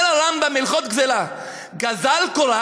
אומר הרמב"ם בהלכות גזלה ואבדה: גזל קורה,